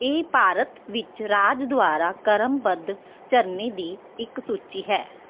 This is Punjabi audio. ਇਹ ਭਾਰਤ ਵਿੱਚ ਰਾਜ ਦੁਆਰਾ ਕਰਮਬੱਧ ਝਰਨੇ ਦੀ ਇੱਕ ਸੂਚੀ ਹੈ